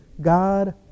God